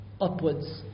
upwards